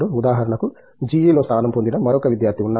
ఉదాహరణకు GE లో స్థానం పొందిన మరొక విద్యార్థి ఉన్నారు